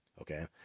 okay